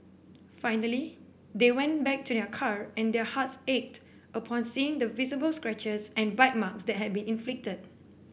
finally they went back to their car and their hearts ached upon seeing the visible scratches and bite marks that had been inflicted